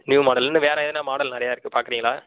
new model இன்னும் வேற எதுனா மாடல் நிறைய இருக்கு பாக்கிறீங்களா